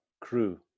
crew